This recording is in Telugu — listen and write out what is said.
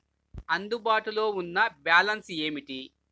అందుబాటులో ఉన్న బ్యాలన్స్ ఏమిటీ?